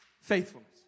faithfulness